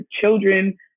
children